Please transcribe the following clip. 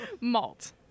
Malt